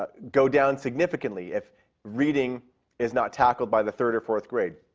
ah go down significantly if reading is not tackled by the third or fourth grade.